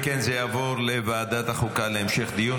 אם כן, זה יעבור לוועדת החוקה להמשך דיון.